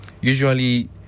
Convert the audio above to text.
usually